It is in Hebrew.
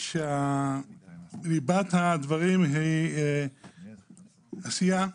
שליבת הדברים היא העשייה,